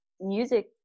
music